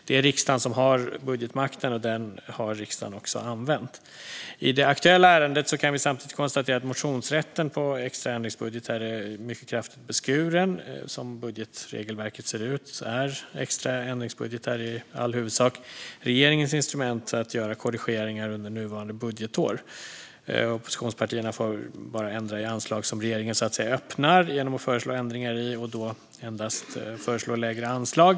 Det är riksdagen som har budgetmakten, och den har riksdagen också använt. I det aktuella ärendet kan vi samtidigt konstatera att motionsrätten på extra ändringsbudgetar är mycket kraftigt beskuren. Som budgetregelverket ser ut är extra ändringsbudgetar i huvudsak regeringens instrument för att göra korrigeringar under innevarande budgetår. Oppositionspartierna får bara ändra i anslag som regeringen så att säga öppnar genom att föreslå ändringar i dem, och de får då endast föreslå lägre anslag.